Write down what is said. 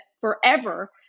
forever